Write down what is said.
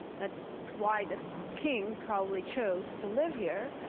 that's why the king probably chose to live here.